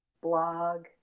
blog